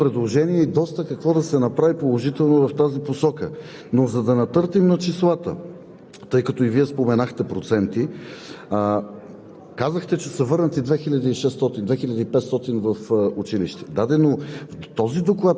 да направим специален дебат, разискване именно по тази тема. Защото българската младеж касае и децата, знаете много добре. Там има доста предложения какво положително да се направи в тази посока. Да натъртим на числата,